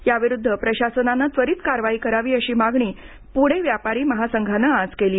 याविरुद्ध प्रशासनानं त्वरित कारवाई करावी अशी मागणी पुणे व्यापारी महासंघानं आज केली